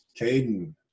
Caden